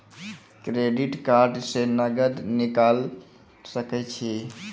Credit card से नगद निकाल सके छी?